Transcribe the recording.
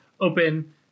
open